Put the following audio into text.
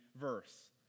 verse